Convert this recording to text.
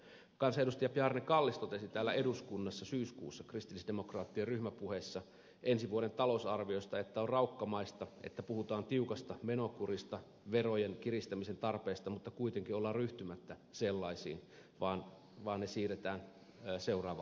kansanedustaja bjarne kallis totesi täällä eduskunnassa syyskuussa kristillisdemokraattien ryhmäpuheessa ensi vuoden talousarviosta että on raukkamaista puhua tiukasta menokurista verojen kiristämisen tarpeesta mutta kuitenkin olla ryhtymättä sellaisiin vaan siirtää ne seuraavalle hallitukselle